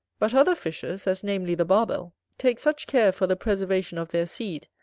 but other fishes, as namely the barbel, take such care for the preservation of their seed,